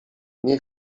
nie